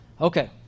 Okay